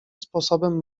sposobem